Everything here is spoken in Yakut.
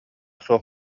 суох